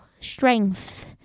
strength